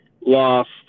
Lost